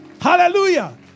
Hallelujah